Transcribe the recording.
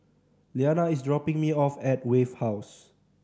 Leanna is dropping me off at Wave House